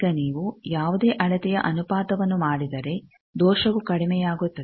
ಈಗ ನೀವು ಯಾವುದೇ ಅಳತೆಯ ಅನುಪಾತವನ್ನು ಮಾಡಿದರೆ ದೋಷವು ಕಡಿಮೆಯಾಗುತ್ತದೆ